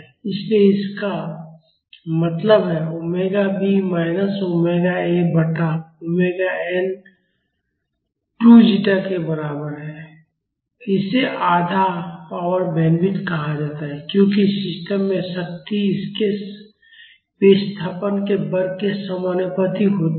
इसलिए इसका मतलब है omega B minus omega A बटा ओमेगा एन 2 जीटा के बराबर है और इसे आधा पावर बैंडविड्थ कहा जाता है क्योंकि सिस्टम में शक्ति इसके विस्थापन के वर्ग के समानुपाती होती है